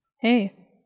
Hey